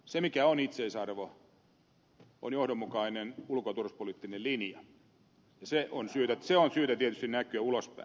se mikä on itseisarvo on johdonmukainen ulko ja turvallisuuspoliittinen linja ja sen on syytä tietysti näkyä ulospäin